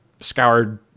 scoured